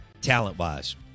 talent-wise